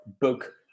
book